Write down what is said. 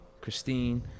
Christine